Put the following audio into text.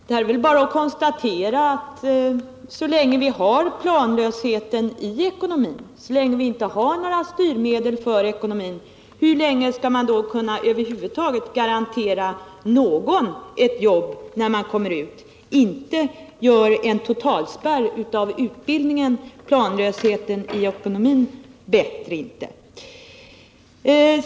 Det är väl bara att konstatera, att så länge vi har planlösheten i ekonomin och så länge vi inte har några styrmedel för ekonomin, hur länge skall man då kunna garantera någon ett jobb när man kommer ut? Inte minskar en totalspärr av utbildningen verkningarna av planlösheten i ekonomin!